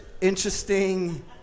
interesting